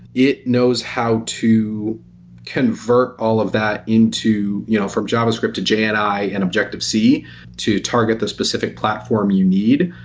it knows how to convert all of that into you know from javascript to jni and and objective c to target the specific platform you need.